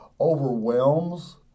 overwhelms